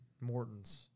Morton's